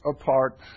apart